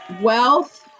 wealth